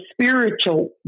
spiritual